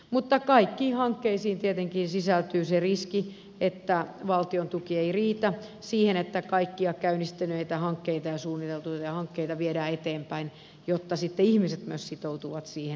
mutta kaikkiin hankkeisiin tietenkin sisältyy se riski että valtion tuki ei riitä siihen että kaikkia käynnistyneitä ja suunniteltuja hankkeita viedään eteenpäin ja myös ihmisten tulisi sitoutua siihen